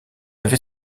avait